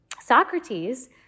Socrates